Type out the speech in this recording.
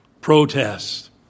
Protests